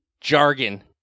jargon